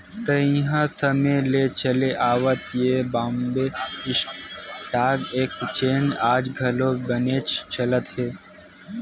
तइहा समे ले चले आवत ये बॉम्बे स्टॉक एक्सचेंज आज घलो बनेच चलत हे